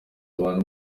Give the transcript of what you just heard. abantu